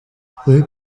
kuri